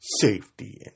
safety